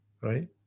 right